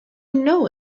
know